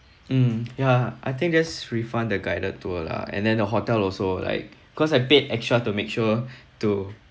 um yeah I think just refund the guided tour lah and then the hotel also like cause I paid extra to make sure to